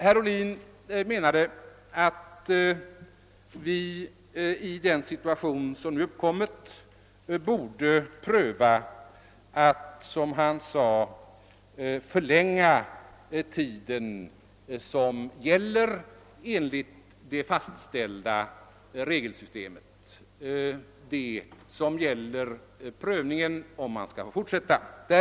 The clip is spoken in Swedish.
Herr Ohlin menade att vi i den situation som nu har uppkommit borde överväga att, som han sade, förlänga den studietid som gäller enligt det fastställda regelsystemet, alltså prövningen om man skall få fortsätta studierna.